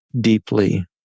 deeply